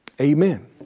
amen